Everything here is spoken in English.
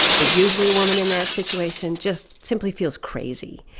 but usually a woman in that situation just simply feels crazy.